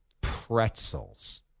pretzels